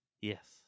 Yes